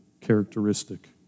characteristic